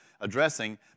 addressing